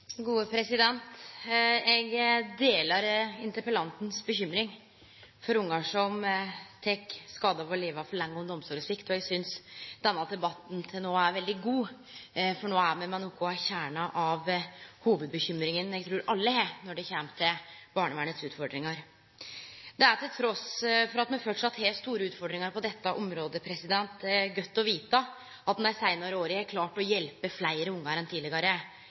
Eg deler interpellantens bekymring for barn som tek skade av å leve for lenge under omsorgssvikt. Eg synest denne debatten til no er veldig god, for no er me ved noko av kjernen av bekymringa som eg trur alle har når det kjem til barnevernets utfordringar. Trass i at ein framleis har store utfordringar på dette området, er det godt å vite at ein dei seinare åra har klart å hjelpe fleire barn enn tidlegare,